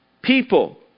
people